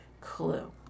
clue